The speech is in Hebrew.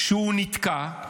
שהוא נתקע.